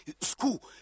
school